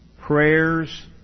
prayers